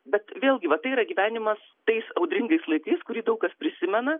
bet vėlgi vat tai yra gyvenimas tais audringais laikais kurį daug kas prisimena